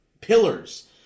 pillars